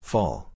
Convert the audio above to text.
Fall